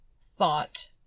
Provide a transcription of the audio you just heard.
thought